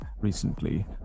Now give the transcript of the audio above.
recently